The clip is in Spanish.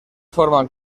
forman